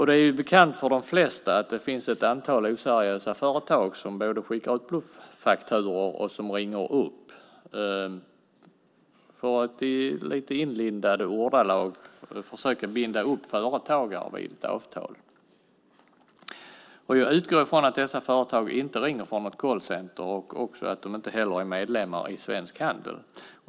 Det är bekant för de flesta att det finns ett antal oseriösa företag som både skickar ut bluffakturor och ringer upp för att i lite inlindade ordalag försöka binda upp företagare till ett avtal. Jag utgår ifrån att dessa företag inte ringer från något callcenter och att de inte heller är medlemmar i Svensk Handel.